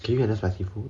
can you handle spicy food